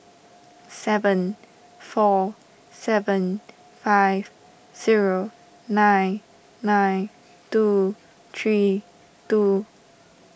seven four seven five zero nine nine two three two